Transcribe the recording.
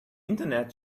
internet